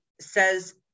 says